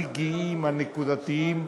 הרגעיים, הנקודתיים,